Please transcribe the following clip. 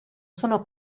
sono